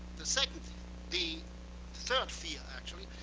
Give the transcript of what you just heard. the second the third fear, actually,